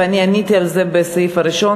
ואני עניתי על זה בסעיף הראשון,